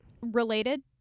related